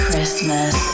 Christmas